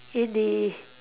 in the